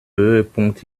höhepunkt